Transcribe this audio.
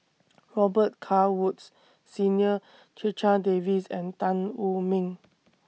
Robet Carr Woods Senior Checha Davies and Tan Wu Meng